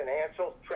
financial